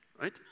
right